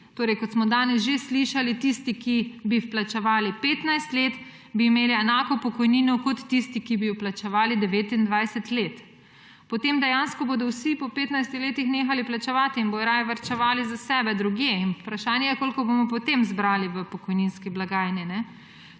Kot smo danes že slišali, bi tisti, ki bi vplačevali 15 let, imeli enako pokojnino kot tisti, ki bi vplačevali 29 let. Potem bodo dejansko vsi po 15 letih nehali vplačevati in bodo raje varčevali za sebe drugje in vprašanje je, koliko bomo potem zbrali v pokojninsko blagajno.